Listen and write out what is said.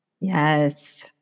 Yes